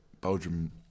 Belgium